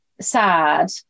sad